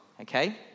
okay